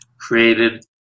Created